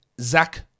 Zach